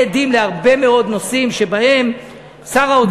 עדים להרבה מאוד נושאים שבהם שר האוצר,